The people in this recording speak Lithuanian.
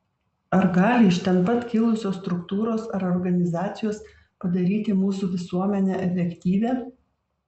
ar gali iš ten pat kilusios struktūros ar organizacijos padaryti mūsų visuomenę efektyvią